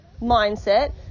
mindset